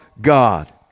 God